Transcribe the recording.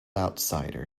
outsider